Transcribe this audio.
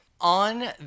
on